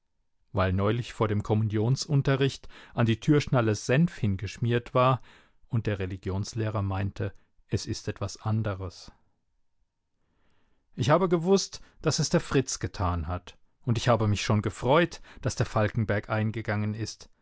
weil neulich vor dem kommunionsunterricht an die türschnalle senf hingeschmiert war und der religionslehrer meinte es ist etwas anderes ich habe gewußt daß es der fritz getan hat und ich habe mich schon gefreut daß der falkenberg eingegangen ist